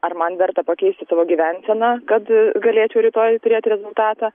ar man verta pakeisti savo gyvenseną kad galėčiau rytoj turėt rezultatą